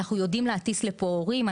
אנחנו יודעים להטיס לפה הורים.